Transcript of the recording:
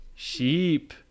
sheep